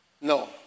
No